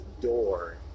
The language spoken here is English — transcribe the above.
door